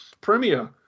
premier